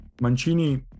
Mancini